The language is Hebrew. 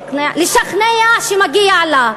לשכנע שמגיע לה,